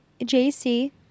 JC